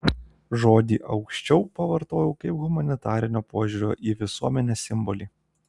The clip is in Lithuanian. žodį aukščiau pavartojau kaip humanitarinio požiūrio į visuomenę simbolį